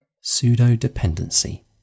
Pseudo-Dependency